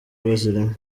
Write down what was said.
bazirimo